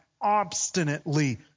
obstinately